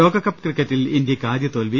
ലോകകപ്പ് ക്രിക്കറ്റിൽ ഇന്ത്യക്ക് ആദ്യതോൽവി